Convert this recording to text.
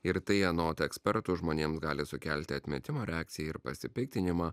ir tai anot eksperto žmonėms gali sukelti atmetimo reakciją ir pasipiktinimą